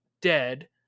dead